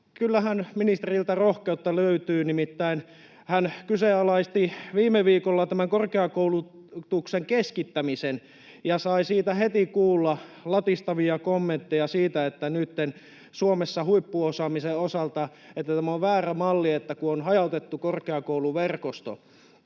kyllähän ministeriltä rohkeutta löytyy. Nimittäin hän kyseenalaisti viime viikolla tämän korkeakoulutuksen keskittämisen ja sai heti kuulla latistavia kommentteja siitä, että nytten Suomessa huippuosaamisen osalta tämä on väärä malli, että on hajautettu korkeakouluverkosto.